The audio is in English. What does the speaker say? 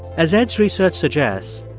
as ed's research suggests,